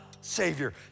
savior